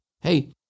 hey